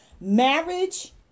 Marriage